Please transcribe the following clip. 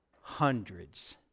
hundreds